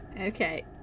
Okay